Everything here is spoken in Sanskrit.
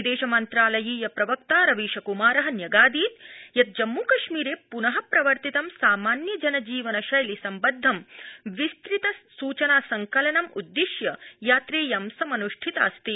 विदेशमन्त्रालयीय प्रवक्ता रवीश कुमार न्यगादीद् यत् जम्मूकश्मीरे प्न प्रवर्तितं सामान्य जन जीवन शैलि सम्बद्ध विस्तृत सूचना संकलनं उद्दिश्य यात्रेयं समनुष्ठितास्ति